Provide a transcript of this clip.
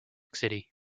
city